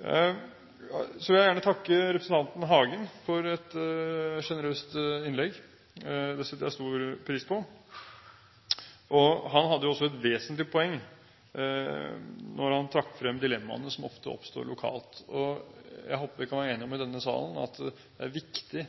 Så vil jeg gjerne takke representanten Hagen for et sjenerøst innlegg – det setter jeg stor pris på. Han hadde også et vesentlig poeng da han trakk frem dilemmaene som ofte oppstår lokalt. Jeg håper vi kan være enige om i denne sal at det er viktig